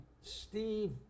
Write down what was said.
Steve